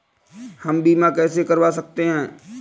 हम बीमा कैसे करवा सकते हैं?